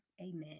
amen